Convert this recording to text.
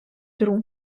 друг